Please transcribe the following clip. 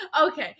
Okay